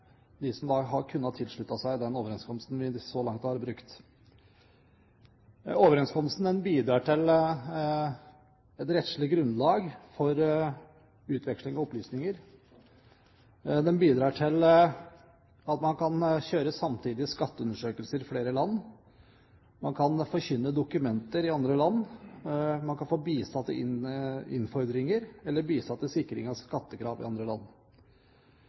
de som har kunnet tilslutte seg den overenskomsten som vi så langt har brukt. Overenskomsten bidrar til et rettslig grunnlag for utveksling av opplysninger. Den bidrar til at man kan gjøre samtidige skatteundersøkelser i flere land, at man kan forkynne dokumenter i andre land, og at man kan få bistand til innfordring og sikring av skattekrav i andre land.